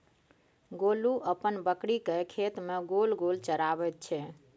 गोलू अपन बकरीकेँ खेत मे गोल गोल चराबैत छै